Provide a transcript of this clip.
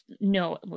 no